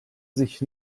sich